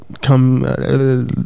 Come